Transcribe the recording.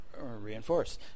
reinforce